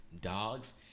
dogs